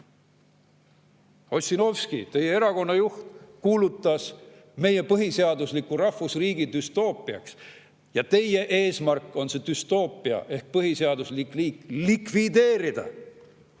Ossinovski, teie erakonna juht kuulutas meie põhiseadusliku rahvusriigi düstoopiaks. Teie eesmärk on see düstoopia ehk põhiseaduslik riik likvideerida.